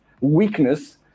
weakness